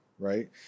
right